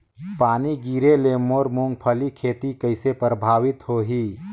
पानी गिरे ले मोर मुंगफली खेती कइसे प्रभावित होही?